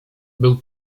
był